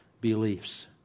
beliefs